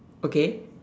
okay